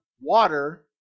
water